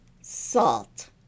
salt